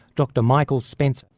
dr. michael spence,